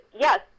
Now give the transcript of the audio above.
yes